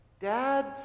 dad